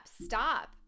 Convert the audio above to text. stop